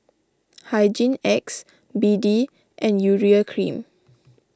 Hygin X B D and Urea Cream